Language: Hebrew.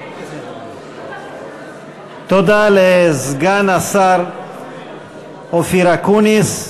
תודה לסגן השר אופיר אקוניס,